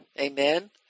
Amen